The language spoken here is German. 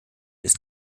ist